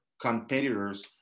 competitors